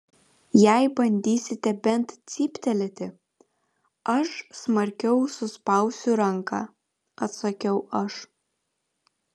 jei bandysite bent cyptelėti aš smarkiau suspausiu ranką atsakiau aš